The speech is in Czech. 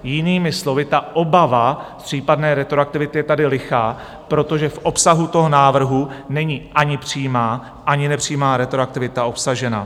Jinými slovy, obava z případné retroaktivity je tady lichá, protože v obsahu toho návrhu není ani přímá, ani nepřímá retroaktivita obsažena.